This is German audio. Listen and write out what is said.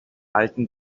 alten